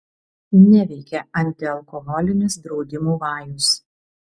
neveikia antialkoholinis draudimų vajus